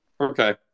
Okay